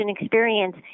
experience